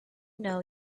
know